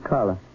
Carla